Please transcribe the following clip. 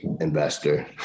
investor